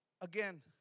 again